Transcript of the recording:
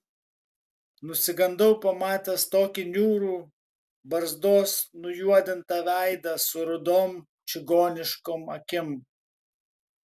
nusigandau pamatęs tokį niūrų barzdos nujuodintą veidą su rudom čigoniškom akim